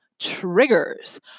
triggers